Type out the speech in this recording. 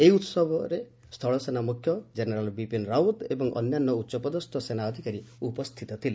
ଏହି ଉହବରେ ସ୍କୁଳ ସେନା ମୁଖ୍ୟ ଜେନେରାଲ୍ ବିପିନ୍ ରାଓ୍ୱତ୍ ଏବଂ ଅନ୍ୟାନ୍ୟ ଉଚ୍ଚପଦସ୍ ସେନା ଅଧିକାରୀ ଉପସ୍ଥିତ ଥିଲେ